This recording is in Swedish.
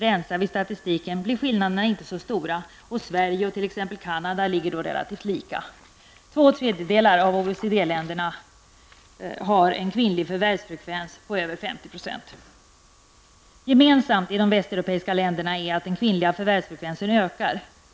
Rensar vi statistiken, blir skillnaderna inte så stora, och Sverige och t.ex. Kanada ligger då relativt lika. Två tredjedelar av OECD-länderna har en kvinnlig förvärvsfrekvens på över 50 %. Gemensamt för de västeuropeiska länderna är att den kvinnliga förvärvsfrekvensen ökar.